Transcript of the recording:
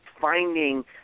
finding –